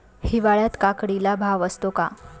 हिवाळ्यात काकडीला भाव असतो का?